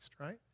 right